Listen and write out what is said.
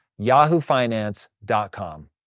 yahoofinance.com